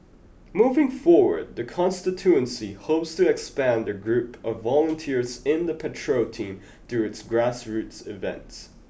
moving forward the constituency hopes to expand their group of volunteers in the patrol team through its grassroots events